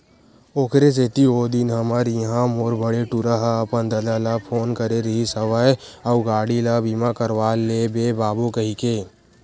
ओखरे सेती ओ दिन हमर इहाँ मोर बड़े टूरा ह अपन ददा ल फोन करे रिहिस हवय अउ गाड़ी ल बीमा करवा लेबे बाबू कहिके